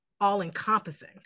all-encompassing